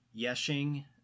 Yeshing